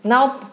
now